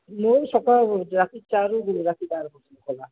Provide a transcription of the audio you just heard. ମୋର ସକାଳ ଖୋଲୁଛି ରାତି ଚାରରୁ ରାତି ବାର ପର୍ଯ୍ୟନ୍ତ ଖୋଲା